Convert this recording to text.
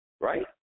Right